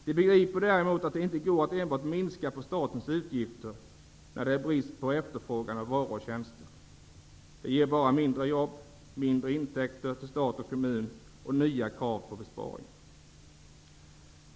De begriper däremot att det inte går att enbart minska på statens utgifter när det är brist på efterfrågan på varor och tjänster. Det ger bara färre jobb, lägre intäkter till stat och kommun och nya krav på besparingar.